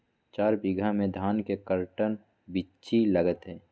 चार बीघा में धन के कर्टन बिच्ची लगतै?